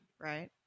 right